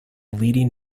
leading